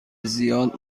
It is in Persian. زیاد